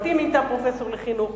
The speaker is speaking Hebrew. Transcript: קודמתי מינתה פרופסור לחינוך.